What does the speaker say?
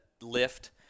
lift